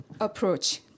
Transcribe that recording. approach